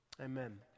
Amen